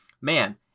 man